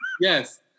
Yes